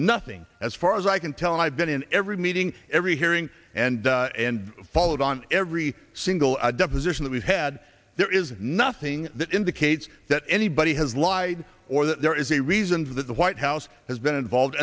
nothing as far as i can tell i've been in every meeting every hearing and and followed on every single deposition that we've had there is nothing that indicates that anybody has lied or that there is a reasons that the white house has been involved